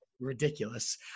Ridiculous